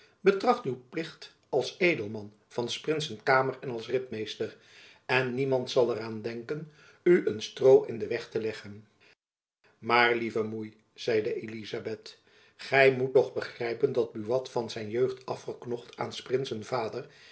betracht uw plicht als edelman van s prinsen kamer en als ritmeester en niemand zal er aan denken u een stroo in den weg te leggen maar lieve moei zeide elizabeth gy moet toch begrijpen dat buat van zijn jeugd af verknocht aan s prinsen vader